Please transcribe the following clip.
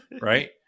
right